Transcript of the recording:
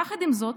יחד עם זאת,